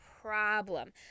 problem